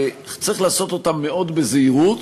צריך לעשות אותם מאוד בזהירות.